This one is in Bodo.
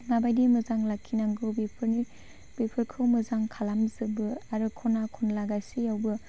माबायदि मोजां लाखिनांगौ बेफोरखौ मोजां खालामजोबो आरो ख'ना खनला गासैआवबो